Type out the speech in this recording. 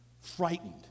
frightened